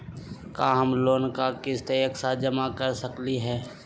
का हम लोन के किस्त एक साथ जमा कर सकली हे?